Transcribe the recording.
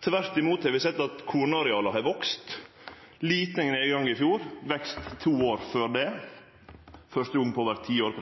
Tvert imot har vi sett at kornarealet har vakse – ein liten nedgang i fjor, men vekst dei to åra før det, for første gong på over ti år.